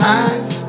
eyes